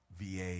VA